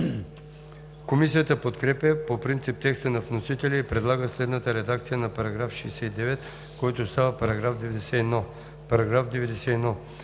Комисията подкрепя по принцип текста на вносителя и предлага следната редакция на § 49, който става § 68: „§ 68.